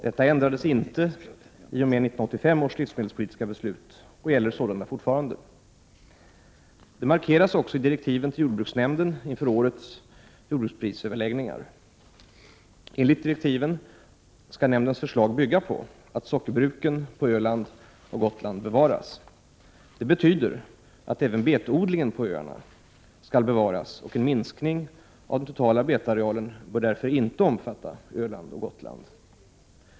Detta ändrades inte i och med 1985 års livsmedelspolitiska beslut och gäller sålunda fortfarande. Det markeras också i direktiven till jordbruksnämnden inför årets jordbruksprisöverläggningar. , Enligt direktiven skall nämndens förslag bygga på att sockerbruken på ' Öland och Gotland bevaras. Det betyder att även betodlingen på öarna skall bevaras, och en minskning av den totala betarealen bör därför inte omfatta Öland och Gotland.